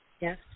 Yes